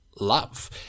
love